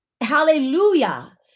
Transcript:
Hallelujah